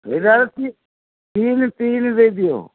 ଏଇଟା ତିନି ତିନି ଦେଇଦିଅ